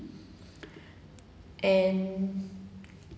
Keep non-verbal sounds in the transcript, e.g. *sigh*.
*breath* and